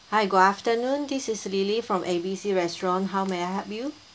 hi good afternoon this is lily from A B C restaurant how may I help you